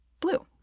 blue